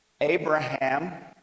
Abraham